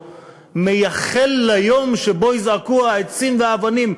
מייחל ליום שבו יזעקו העצים והאבנים,